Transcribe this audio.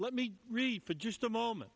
let me really for just a moment